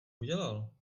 udělal